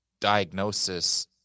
diagnosis